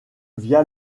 via